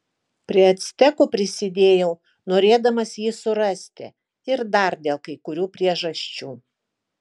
prie actekų prisidėjau norėdamas jį surasti ir dar dėl kai kurių priežasčių